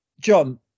John